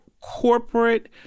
corporate